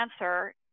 answer